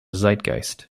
zeitgeist